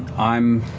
i'm.